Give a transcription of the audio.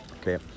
Okay